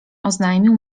oznajmił